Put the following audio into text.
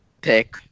pick